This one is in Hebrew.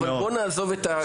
אבל בוא נעזוב את הקטע הזה,